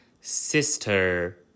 sister